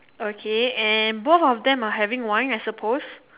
okay and both of them are having wine I suppose